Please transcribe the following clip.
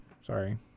sorry